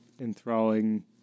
Enthralling